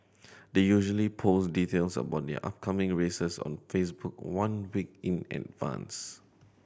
they usually post details about their upcoming races on Facebook one week in advance